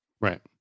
Right